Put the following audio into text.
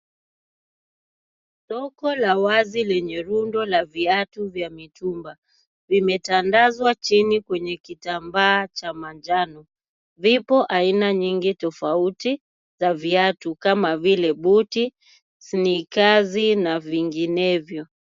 Soko la wazi lenye rundo la viatu vya mitumba . Vimetandazwa chini kwenye kitambaa cha manjano. Vipo aina nyingi tofauti za viatu kama vile buti, snikazi na vinginevyo.